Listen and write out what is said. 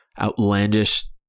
outlandish